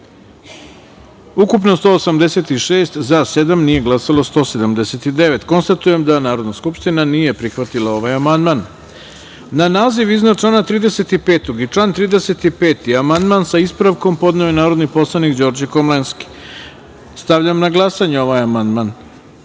ukupno – 185, za – sedam, nije glasalo – 178.Konstatujem da Narodna skupština nije prihvatila ovaj amandman. Na naziv iznad člana 3. i član 3. amandman sa ispravkom podneo je narodni poslanik Đorđe Komlenski. Stavljam na glasanje ovaj amandman. Molim